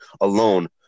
alone